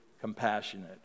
compassionate